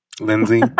Lindsay